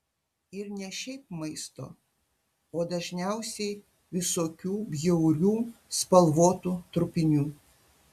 ir ne šiaip maisto o dažniausiai visokių bjaurių spalvotų trupinių